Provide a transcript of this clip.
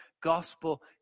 gospel